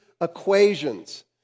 equations